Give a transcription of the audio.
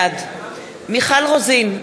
בעד מיכל רוזין,